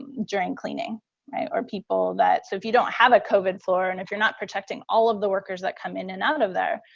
during cleaning or people that, so if you don't have a covid floor and if you're not protecting all of the workers that come in and out of there,